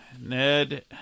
Ned